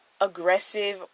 aggressive